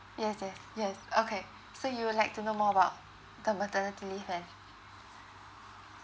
yes yes yes okay so you would like to know more about the maternity leave eh